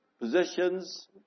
positions